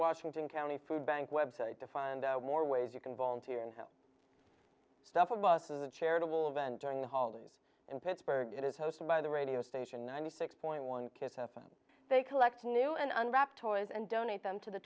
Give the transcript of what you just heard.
washington county food bank website to find out more ways you can volunteer and help stop the loss of the charitable event during the holidays and pittsburgh it is hosted by the radio station ninety six point one kiss f m they collect and on rap toys and donate them to the